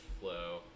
flow